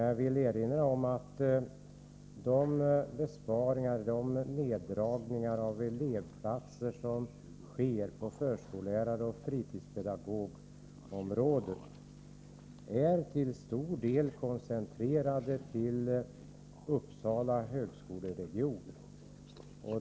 Jag vill erinra om att de besparingar och de neddragningar av elevplatser som sker på förskolläraroch fritidspedagogområdet till stor del är koncentrerade till Uppsala högskoleregion.